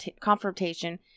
confrontation